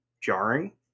jarring